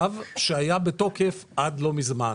שהיה בתוקף עד לא מזמן.